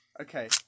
Okay